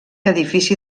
edifici